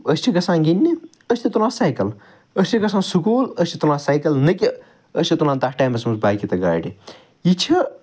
أسۍ چھِ گَژھان گِنٛدنہِ أسۍ چھِ تُلان سایکَل أسۍ چھِ گَژھان سُکول أسۍ چھِ تُلان سایکَل نَہ کہِ أسۍ چھِ تُلان تَتھ ٹایمَس منٛز بایکہِ تہٕ گاڑٕ یہِ چھِ